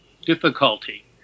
difficulty